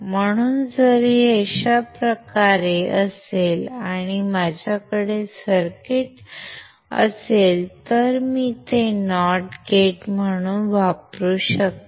म्हणून जर हे अशा प्रकारे असेल आणि माझ्याकडे सर्किट असेल तर मी ते नॉट गेट म्हणून वापरू शकतो